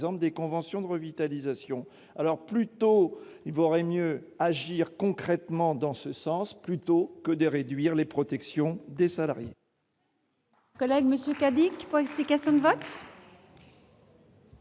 des conventions de revitalisation. Il vaudrait mieux agir concrètement dans ce sens, plutôt que de réduire les protections des salariés.